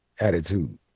attitude